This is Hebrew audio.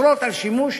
אוסרות שימוש